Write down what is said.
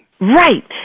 Right